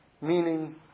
Meaning